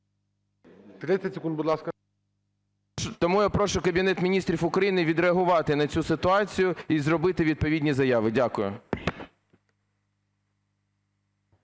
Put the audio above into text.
Тому я прошу Кабінет Міністрів України відреагувати на цю ситуацію і зробити відповідні заяви. Дякую.